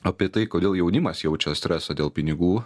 apie tai kodėl jaunimas jaučia stresą dėl pinigų